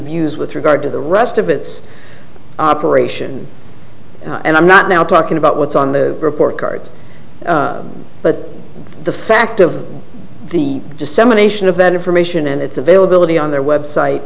views with regard to the rest of its operation and i'm not now talking about what's on the report card but the fact of the dissemination of that information and its availability on their website